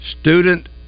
student